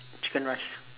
chicken rice